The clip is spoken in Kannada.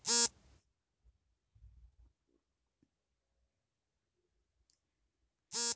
ಮೈಕೋಲೈವ್ ರಾಷ್ಟ್ರೀಯ ಕೃಷಿ ವಿಶ್ವವಿದ್ಯಾಲಯವು ಉಕ್ರೇನ್ನಲ್ಲಿ ಕ್ಷೇತ್ರ ದಿನದ ಹೊಸ ಸಂಪ್ರದಾಯವನ್ನು ಪ್ರಾರಂಭಿಸಿತು